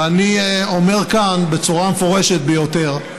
ואני אומר כאן בצורה המפורשת ביותר: